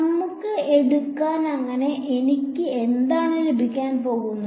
നമുക്ക് എടുക്കാം അങ്ങനെ എനിക്ക് എന്താണ് ലഭിക്കാൻ പോകുന്നത്